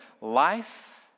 Life